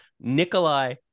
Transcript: Nikolai